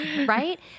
right